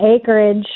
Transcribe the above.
acreage